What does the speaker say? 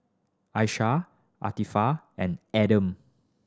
Ishak and Adam